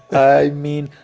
i mean,